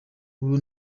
ubu